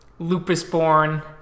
Lupusborn